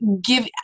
give